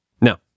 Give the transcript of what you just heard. Now